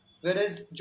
whereas